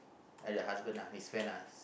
at the husband uh his friend ask